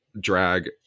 drag